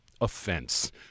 offense